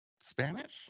Spanish